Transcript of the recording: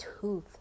tooth